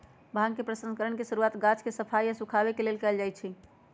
भांग के प्रसंस्करण के शुरुआत गाछ के सफाई आऽ सुखाबे से कयल जाइ छइ